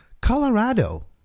Colorado